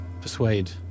persuade